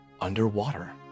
underwater